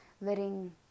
letting